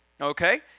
okay